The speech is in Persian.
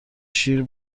شیر